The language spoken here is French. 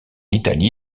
italie